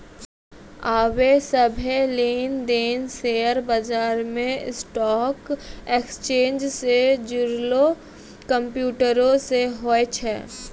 आबे सभ्भे लेन देन शेयर बजारो मे स्टॉक एक्सचेंज से जुड़लो कंप्यूटरो से होय छै